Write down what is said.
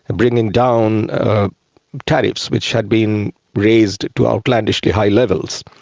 and bringing down tariffs, which had been raised to outlandishly high levels,